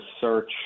search